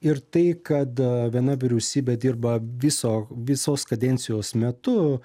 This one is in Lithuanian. ir tai kad viena vyriausybė dirba viso visos kadencijos metu